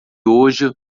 hoje